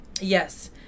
Yes